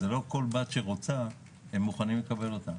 לא כל בת שרוצה הם מוכנים לקבל אותה.